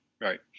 Right